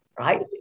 right